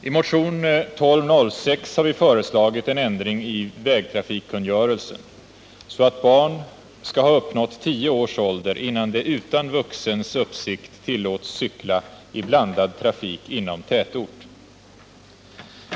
I motionen 1206 har vi föreslagit en ändring i vägtrafikkungörelsen så att barn skall ha uppnått tio års ålder innan de utan vuxens uppsikt tillåts cykla i blandad trafik inom tätort.